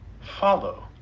Follow